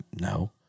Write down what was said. no